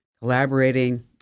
collaborating